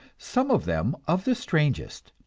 some of them of the strangest.